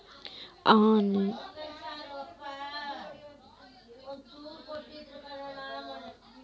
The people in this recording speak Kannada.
ಆನ್ ಲೈನ್ ಬ್ಯಾಂಕಿಂಗ್ ಮಾಡಿಸ್ಕೊಂಡೇನ್ರಿ ಓ.ಟಿ.ಪಿ ಬರ್ತಾಯಿಲ್ಲ ಸ್ವಲ್ಪ ನೋಡ್ರಿ